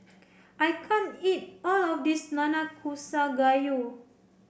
I can't eat all of this Nanakusa Gayu